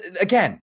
again